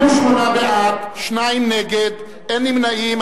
28 בעד, שניים נגד, אין נמנעים.